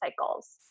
cycles